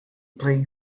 playing